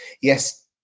Yes